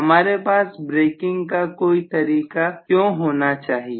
हमारे पास ब्रेकिंग का कोई तरीका क्यों होना चाहिए